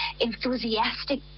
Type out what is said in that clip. enthusiastic